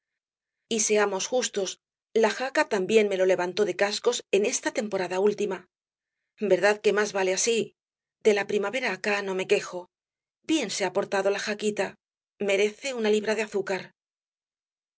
seamos justos la jaca también me lo levantó de cascos en esta temporada última verdad que más vale así de la primavera acá no me quejo bien se ha portado la jaquita merece una libra de azúcar